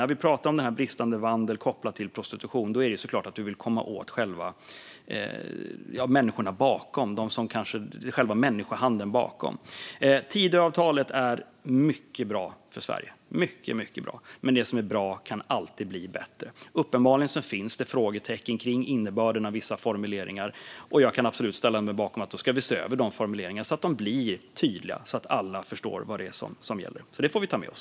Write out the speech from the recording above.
När vi pratar om bristande vandel kopplat till prostitution handlar det såklart om att vi vill komma åt människorna bakom det hela - själva människohandeln. Tidöavtalet är mycket, mycket bra för Sverige. Men det som är bra kan alltid bli bättre. Uppenbarligen finns frågetecken kring innebörden av vissa formuleringar, och jag kan absolut ställa mig bakom att vi ska se över dessa så att de blir tydliga och alla förstår vad det är som gäller. Det får vi ta med oss.